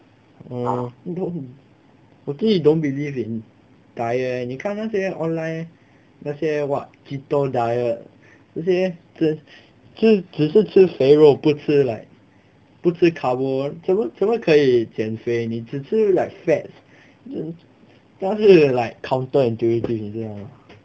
hmm 不我自己 don't believe in diet leh 你看那些 online 那些 what jindo diet 那些只只是吃肥肉不吃 like 不吃 carbo 怎么怎么可以减肥你只吃 like fats 那是 like counteractive 你知道吗